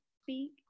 speak